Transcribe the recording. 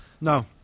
no